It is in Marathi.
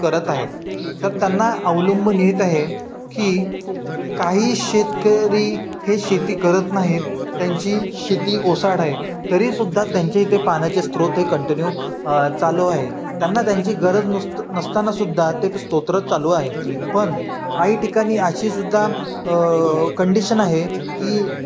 करत आहेत तर त्यांना अवलंबून येत आहे की काही शेतकरी हे शेती करत नाहीत त्यांची शेती ओसाड आहे तरीसुद्धा त्यांच्या इथे पाण्याचे स्त्रोत हे कंटिन्यू चालू आहे त्यांना त्यांची गरज नुसतं नसताना सुद्धा ते स्तोत्र चालू आहे पण काही ठिकाणी अशी सुद्धा कंडिशन आहे की